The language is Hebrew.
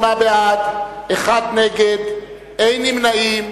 28 בעד, אחד נגד, אין נמנעים.